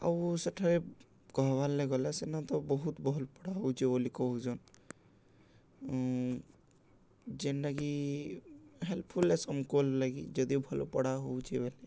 ଆଉ ସେଠାରେ କହବାର୍ ଲେ ଗଲେ ସେନ ତ ବହୁତ ଭଲ୍ ପଢ଼ା ହଉଛେ ବୋଲି କହୁଛନ୍ ଯେନ୍ଟାକି ହେଲ୍ପଫୁଲ ଲାଗି ଯଦି ଭଲ ପଢ଼ା ହଉଛେ ବେଲେ